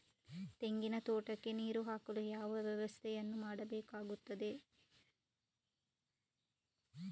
ತೆಂಗಿನ ತೋಟಕ್ಕೆ ನೀರು ಹಾಕಲು ಯಾವ ವ್ಯವಸ್ಥೆಯನ್ನು ಮಾಡಬೇಕಾಗ್ತದೆ?